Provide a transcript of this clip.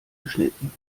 geschnitten